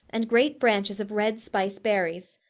and great branches of red spice berries,